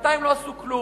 בינתיים לא עשו כלום.